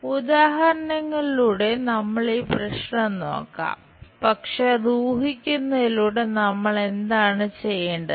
ഉദാഹരണങ്ങളിലൂടെ നമുക്ക് ഈ പ്രശ്നം നോക്കാം പക്ഷേ അത് ഊഹിക്കുന്നതിലൂടെ നമ്മൾ എന്താണ് ചെയ്യേണ്ടത്